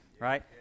Right